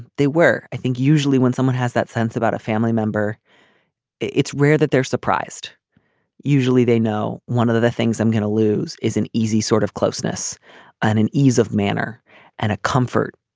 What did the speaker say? they were i think usually when someone has that sense about a family member it's rare that they're surprised usually they know one of the things i'm going to lose is an easy sort of closeness and an ease of manner and a comfort